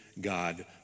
God